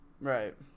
Right